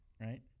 right